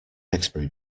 expiry